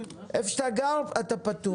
איפה שאתה גר אתה פטור,